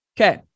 Okay